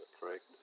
Correct